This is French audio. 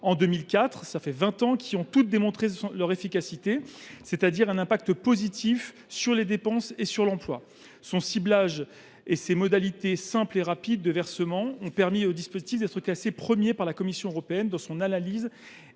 en 2004, qui ont toutes démontré son efficacité, c’est à dire un impact positif sur les dépenses et sur l’emploi. Son ciblage et ses modalités simples et rapides de versement ont permis au dispositif d’être classé premier par la Commission européenne dans son analyse